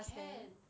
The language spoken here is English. can